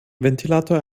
ventilator